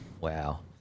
Wow